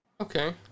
Okay